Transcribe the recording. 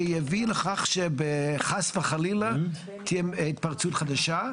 שיביא לכך שאם חס וחלילה תהיה התפרצות חדשה,